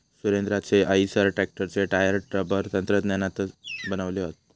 सुरेंद्राचे आईसर ट्रॅक्टरचे tyre rubber तंत्रज्ञानातनाच बनवले हत